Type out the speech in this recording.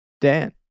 Dan